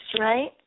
right